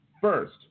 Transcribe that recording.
First